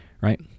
right